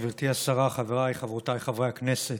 גברתי השרה, חבריי וחברותיי חברי הכנסת,